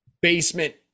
basement